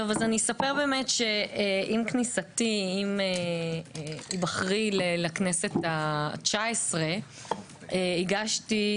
אני אספר שעם היבחרי לכנסת ה-19 הגשתי,